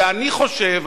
ואני חושב,